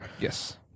Yes